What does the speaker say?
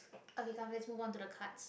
okay come let's move on to the cards